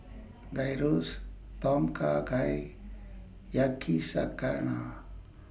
Gyros Tom Kha Gai Yakizakana